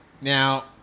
Now